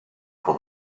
for